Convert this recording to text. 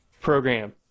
program